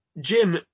Jim